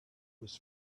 was